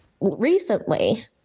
recently